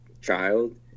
child